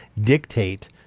dictate